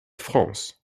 france